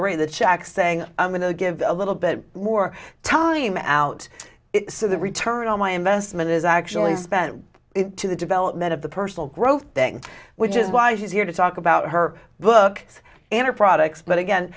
saying i'm going to give a little bit more time out of the return on my investment is actually spent to the development of the personal growth thing which is why she's here to talk about her book and her products but again